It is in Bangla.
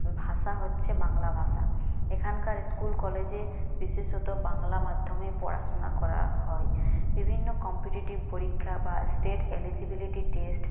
ভাষা হচ্ছে বাংলা ভাষা এখানকার স্কুল কলেজে বিশেষত বাংলা মাধ্যমে পড়াশোনা করা হয় বিভিন্ন কম্পিটিটিভ পরীক্ষা বা স্টেট এলিজিবিলিটি টেস্ট